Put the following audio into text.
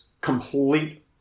complete